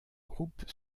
groupe